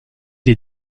les